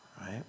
right